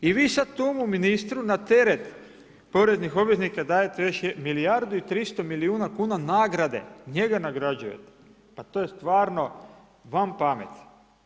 I vi sada tom ministru na teret poreznih obveznika dajete još milijardu i 300 milijuna kuna nagrade, njega nagrađujete, pa to je stvarno van pameti.